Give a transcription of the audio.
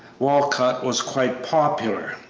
walcott was quite popular.